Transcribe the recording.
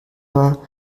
war